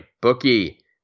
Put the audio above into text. bookie